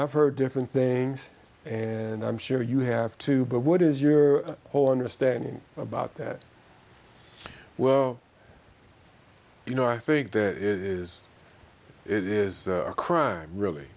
i've heard different things and i'm sure you have too but what is your whole understanding about that well you know i think that is it is a crime really